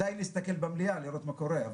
מספיק להסתכל במליאה, לראות מה קורה.